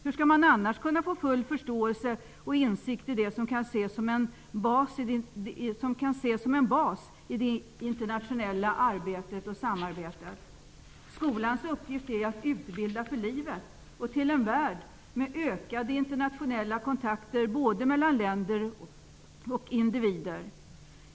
Hur skall man annars kunna få full förståelse och insikt i det som kan ses som en bas i det internationella arbetet och samarbetet? Skolans uppgift är ju att utbilda för livet och till en värld med ökade internationella kontakter både mellan länder och individer.